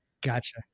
Gotcha